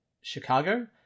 Chicago